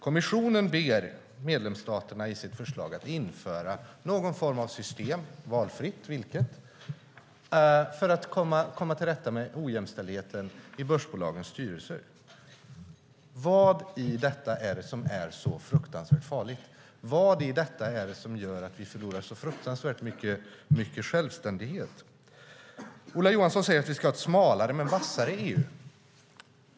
Kommissionen ber i sitt förslag medlemsstaterna att införa någon form av system, valfritt vilket, för att komma till rätta med ojämställdheten i börsbolagens styrelser. Vad i detta är det som är så fruktansvärt farligt? Vad i detta är det som gör att vi förlorar så fruktansvärt mycket självständighet? Ola Johansson säger att vi ska ha ett smalare men vassare EU.